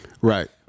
Right